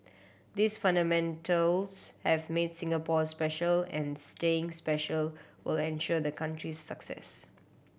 these fundamentals have made Singapore special and staying special will ensure the country's success